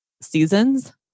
seasons